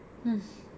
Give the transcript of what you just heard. mm